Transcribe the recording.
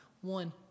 one